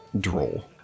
droll